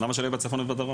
למה שלא יהיה בצפון ובדרום?